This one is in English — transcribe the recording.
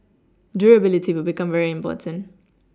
durability will become very important